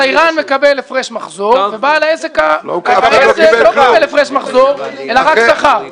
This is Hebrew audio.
התיירן מקבל הפרש מחזור ובעל העסק לא מקבל הפרש מחזור אלא רק שכר.